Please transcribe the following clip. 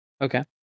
Okay